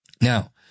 Now